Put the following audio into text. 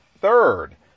third